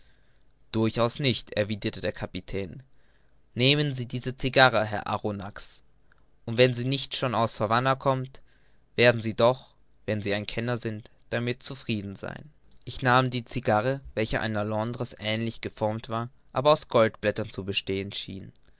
durchaus nicht erwiderte der kapitän nehmen sie diese cigarre herr arronax und wenn sie schon nicht aus der havanna kommt werden sie doch wenn sie kenner sind damit zufrieden sein ich nahm die cigarre welche einer londres ähnlich geformt war aber aus goldblättern zu bestehen schien